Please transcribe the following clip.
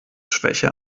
schwäche